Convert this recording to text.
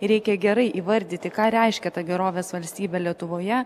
ir reikia gerai įvardyti ką reiškia ta gerovės valstybė lietuvoje